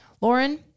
Lauren